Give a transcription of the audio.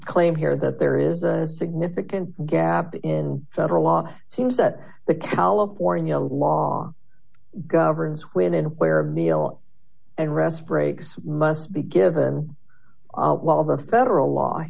claim here that there is a significant gap in federal law it seems that the california law governs when and where a meal and rest breaks must be given a federal law